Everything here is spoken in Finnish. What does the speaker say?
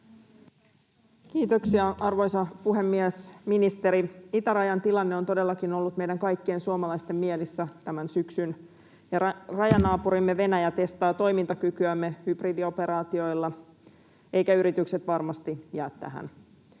Kiitoksia, arvoisa puhemies! Ministeri! Itärajan tilanne on todellakin ollut meidän kaikkien suomalaisten mielissä tämän syksyn, ja rajanaapurimme Venäjä testaa toimintakykyämme hybridioperaatioilla, eivätkä yritykset varmasti jää tähän.